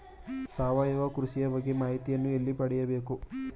ಸಾವಯವ ಕೃಷಿಯ ಬಗ್ಗೆ ಮಾಹಿತಿಯನ್ನು ಎಲ್ಲಿ ಪಡೆಯಬೇಕು?